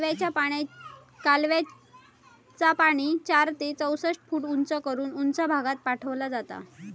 कालव्याचा पाणी चार ते चौसष्ट फूट उंच करून उंच भागात पाठवला जाता